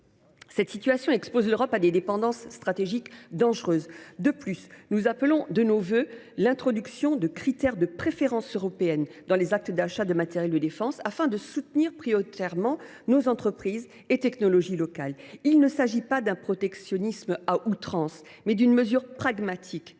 Cette situation expose l’Europe à des dépendances stratégiques dangereuses. De plus, nous appelons de nos vœux l’introduction de critères de préférence européenne dans les actes d’achat de matériel et défense, afin de soutenir prioritairement nos entreprises et technologies locales. Il s’agit non pas d’un protectionnisme à outrance, mais d’une mesure pragmatique